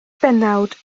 bennawd